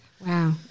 Wow